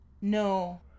No